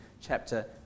chapter